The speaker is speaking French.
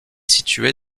situé